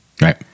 Right